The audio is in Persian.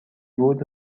بود